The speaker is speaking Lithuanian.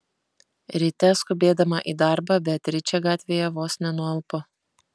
ryte skubėdama į darbą beatričė gatvėje vos nenualpo